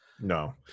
No